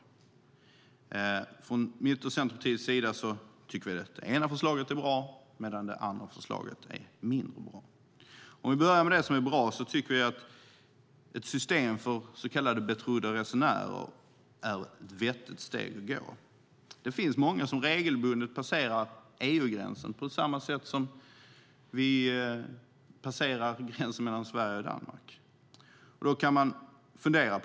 Centerpartiet tycker att det ena förslaget är bra medan det andra är mindre bra. Låt mig börja med det som är bra. Ett system för så kallade betrodda resenärer är vettigt. Det finns många som regelbundet passerar EU-gränsen på samma sätt som gränsen mellan Sverige och Danmark passeras.